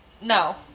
no